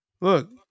Look